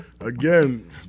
Again